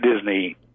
Disney